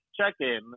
check-in